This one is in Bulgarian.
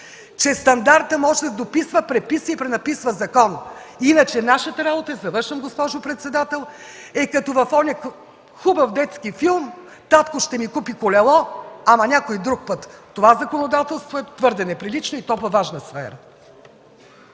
че стандартът може да дописва, преписва и пренаписва закони! Иначе нашата работа – и завършвам, госпожо председател – е като в онзи хубав детски филм: „Татко ще ми купи колело, ама някой друг път”. Това законодателство е твърде неприлично и то във важна сфера!